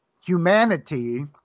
humanity